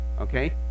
okay